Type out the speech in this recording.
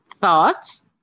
thoughts